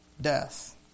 death